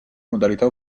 modalità